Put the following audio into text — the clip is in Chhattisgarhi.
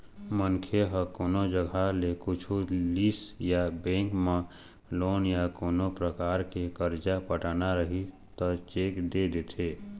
मनखे ह कोनो जघा ले कुछु लिस या बेंक म लोन या कोनो परकार के करजा पटाना रहिस त चेक दे देथे